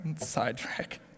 sidetrack